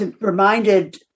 reminded